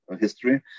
history